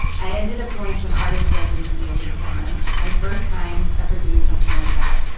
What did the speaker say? i ended up going to an artist's residency over the summer, my first time ever doing something like that.